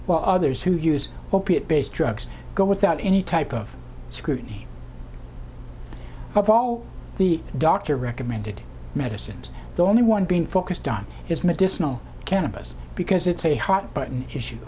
while others who use opiate based drugs go without any type of scrutiny of all the doctor recommended medicines the only one being focused on is medicinal cannabis because it's a hot button issue